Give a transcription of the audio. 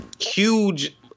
huge